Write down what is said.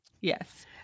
Yes